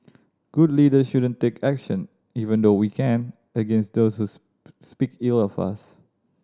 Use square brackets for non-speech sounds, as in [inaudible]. good leaders shouldn't take action even though we can against those who [unintelligible] speak ill of us